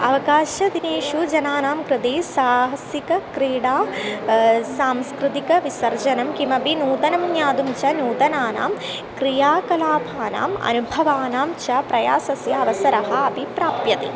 अवकाशदिनेषु जनानां कृते साहसिकक्रीडा सांस्कृतिकविसर्जनं किमपि नूतनं ज्ञातुं च नूतनानां क्रियाकलापानाम् अनुभवानां च प्रयासस्य अवसरः अपि प्राप्यते